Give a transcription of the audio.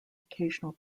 occasional